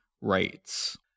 rights